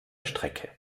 strecke